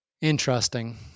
Interesting